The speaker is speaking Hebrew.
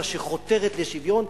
אלא שחותרת לשוויון,